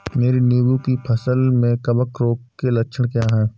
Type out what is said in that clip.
मेरी नींबू की फसल में कवक रोग के लक्षण क्या है?